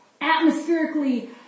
atmospherically